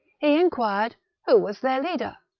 he inquired who was their leader?